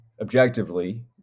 objectively